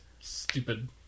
stupid